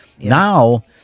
Now